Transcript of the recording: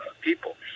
people